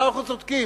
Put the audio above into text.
למה אנחנו צודקים,